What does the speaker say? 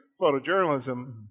photojournalism